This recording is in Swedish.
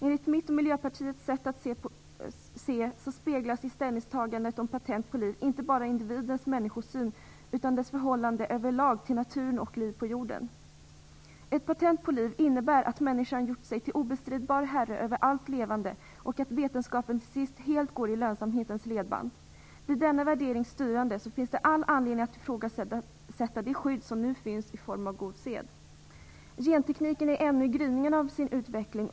Enligt mitt och Miljöpartiets sätt att se på saken speglas i ställningstagandet till patent på liv inte bara individens människosyn utan dennes förhållande överlag till liv och naturen på jorden. Ett patent på liv innebär att människan gjort sig till obestridbar herre över allt levande och att vetenskapen till sist helt går i lönsamhetens ledband. Blir denna värdering styrande finns det all anledning att ifrågasätta det skydd som nu finns i form av god sed. Gentekniken är ännu i gryningen av sin utveckling.